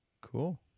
Cool